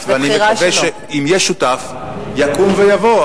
יקום ויבוא.